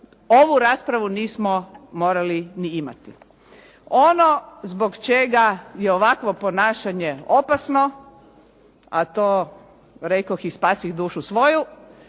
ovu raspravu nismo morali ni imati. Ono zbog čega je ovakvo ponašanje opasno, a to rekoh i spasih dušu svoju,